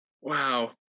Wow